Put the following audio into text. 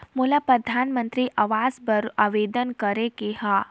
मोला परधानमंतरी आवास बर आवेदन करे के हा?